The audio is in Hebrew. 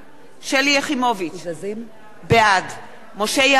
שלי יחימוביץ, בעד משה יעלון,